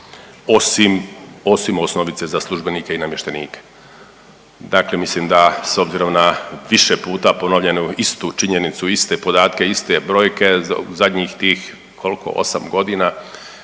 osim osnovice za službenike i namještenike. Dakle, mislim da s obzirom na više puta ponovljenu istu činjenicu, iste podatke, iste brojke zadnjih tih koliko 8 godina,